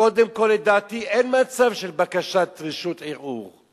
קודם כול, לדעתי אין מצב של בקשת רשות ערעור.